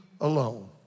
alone